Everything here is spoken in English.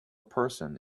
person